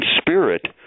spirit